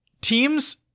teams